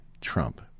Trump